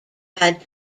had